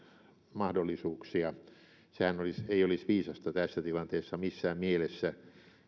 mahdollisuuksia sehän ei olisi viisasta tässä tilanteessa missään mielessä